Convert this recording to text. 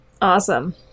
Awesome